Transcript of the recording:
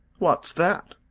what's that?